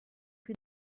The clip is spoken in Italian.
più